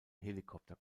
helikopter